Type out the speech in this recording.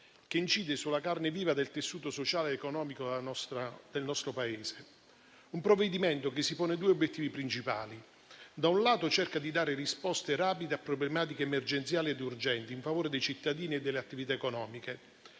che incide sulla carne viva del tessuto sociale ed economico del nostro Paese. Si tratta di un provvedimento che si pone due obiettivi principali: da un lato cerca di dare risposte rapide a problematiche emergenziali ed urgenti in favore dei cittadini e delle attività economiche,